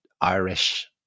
Irish